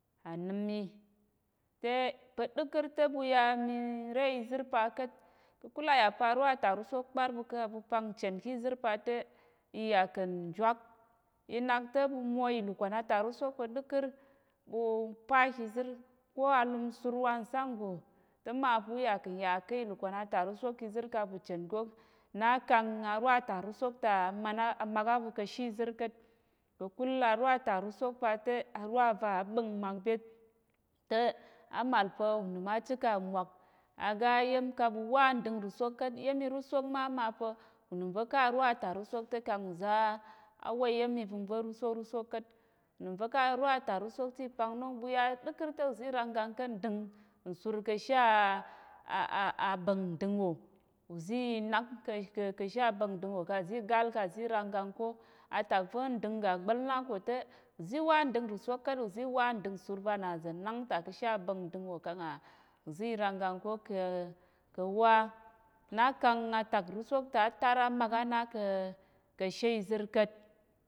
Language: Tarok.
Animmi te pa̱ ɗəkər te ɓuya mi re izir paka̱t kukul ayapa rwa atakrusok kparɓu kaɓu pan chen kizir pate iyaka̱n jwak inak te ɓumo ilukwan atakrusok pa̱ ɗəkər ɓupa kizir ko alumsur wangsang ngo te mapu ya ka̱nya ki lukwan atakrusok kizir kaɓu chen ko nakang arwa takrusok ta amak aɓu ka̱shi zir ka̱t kakul arwa takrusok pate arwa va aɓəng makbet te amalpa̱ unìm achikan mwak agayem kaɓu wa nding rusok ka̱t iyem irusok ma mapa̱ unìm va̱ ka rwa atakrusok te kang uva awayem ivəngva̱ rusok ka̱t nim va̱ ka rwa takrusok ti pangnong ɓuya ɗekər te uzi rang gang ka̱ nding sur kashe a abəng ndingwo uzi nang ka̱ ka̱she abəng ndingwo kazi gal kazi rangang ko atak va̱ nding ga gbal na ko te uzi wa nding rusok ka̱t uzi wa nding rusok ka̱t uzi wa nding sur vana za̱nang ta kashe abəng ndingwò kang a uzi rang gang ko ka̱ ka̱wa nakang atakrusok atar amak ana ka̱ ka̱shi zirka̱t